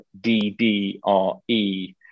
D-D-R-E